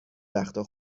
وقتها